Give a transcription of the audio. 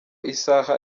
isaha